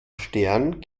stern